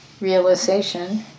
realization